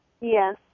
Yes